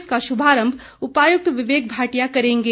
इसका शुभारम्भ उपायुक्त विवेक भाटिया करेंगे